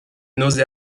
nausées